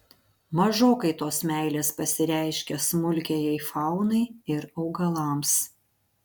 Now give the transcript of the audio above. mažokai tos meilės pasireiškia smulkiajai faunai ir augalams